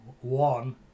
one